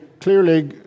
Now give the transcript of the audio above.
clearly